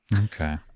okay